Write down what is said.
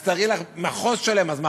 אז תארי לך, מחוז שלם, אז מה?